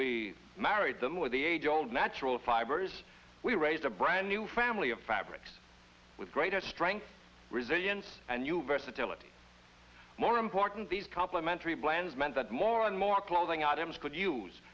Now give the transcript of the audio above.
we married them with the age old natural fibers we raised a brand new family of fabrics greater strength resilience and you versatility more important these complementary plans meant that more and more clothing items could use